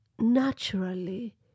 Naturally